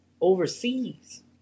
overseas